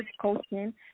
coaching